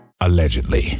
allegedly